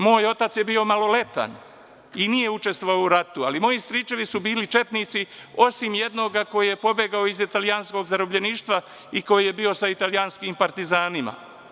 Moj otac je bio maloletan i nije učestvovao u ratu, ali moji stričevi su bili četnici, osim jednoga koji je pobegao iz italijanskog zarobljeništva i koji je bio sa italijanskim partizanima.